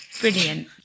brilliant